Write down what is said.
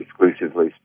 exclusively